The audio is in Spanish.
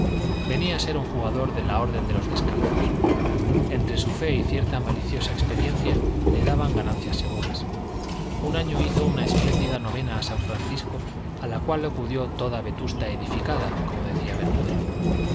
venía a ser un jugador de la orden de los descalzos entre su fe y cierta maliciosa experiencia le daban ganancias seguras un año hizo una espléndida novena a san francisco a la cual acudió toda vetusta edificada como decía bermúdez